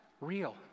real